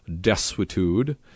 desuetude